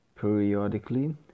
periodically